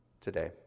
today